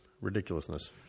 ridiculousness